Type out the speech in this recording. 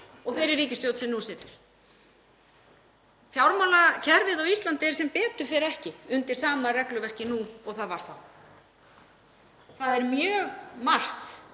og þeirri ríkisstjórn sem nú situr. Fjármálakerfið á Íslandi er sem betur fer ekki undir sama regluverki nú og það var þá. Það er mjög margt